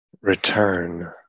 return